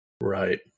Right